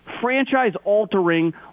franchise-altering